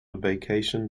vacation